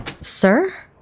Sir